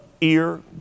ear